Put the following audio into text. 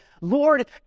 Lord